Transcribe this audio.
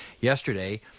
yesterday